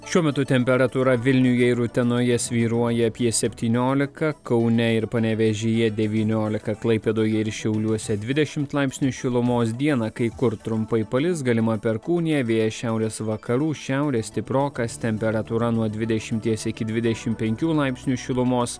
šiuo metu temperatūra vilniuje ir utenoje svyruoja apie septyniolika kaune ir panevėžyje devyniolika klaipėdoje ir šiauliuose dvidešim laipsnių šilumos dieną kai kur trumpai palis galima perkūnija vėjas šiaurės vakarų šiaurės stiprokas temperatūra nuo dvidešimies iki dvidešim penkių laipsnių šilumos